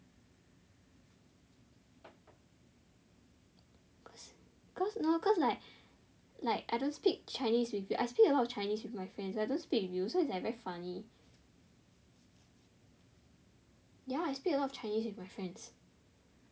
cause cause no cause like like I don't speak chinese with you I speak a lot of chinese with my friends I don't speak with you so it's like very funny ya I speak a lot chinese with my friends